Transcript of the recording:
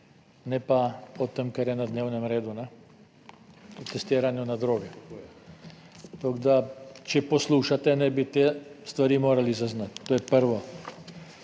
ne pa o tem, kar je na dnevnem redu, o testiranju na droge. Tako, da če poslušate, bi te stvari morali zaznati. To je prvo.